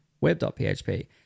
web.php